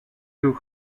two